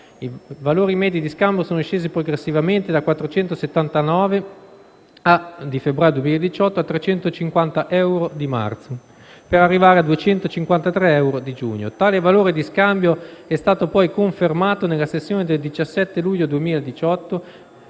I valori medi di scambio sono scesi progressivamente da 479 euro (febbraio 2018) a 350 euro (marzo 2018), per arrivare a 253 euro (giugno 2018). Tale valore di scambio è stato poi confermato nella sessione del 17 luglio 2018,